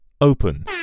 open